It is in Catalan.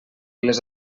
les